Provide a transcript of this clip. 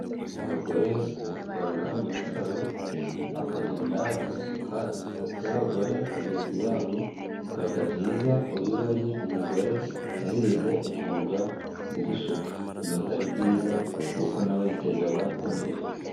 Abagore bakora muri saro, bakagenda bagasuka imisatsi y'abagore bagenzi babo. Biba byiza iyo ubonye umugore yarize umwuga wo gusuka, biba ari byiza kuko na we yiteza imbere.